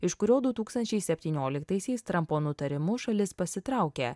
iš kurio du tūkstančiai septynioliktaisiais trampo nutarimu šalis pasitraukė